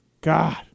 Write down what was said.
God